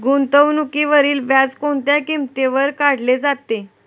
गुंतवणुकीवरील व्याज कोणत्या किमतीवर काढले जाते?